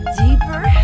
deeper